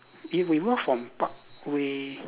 if we walk from parkway